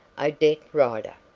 odette rider!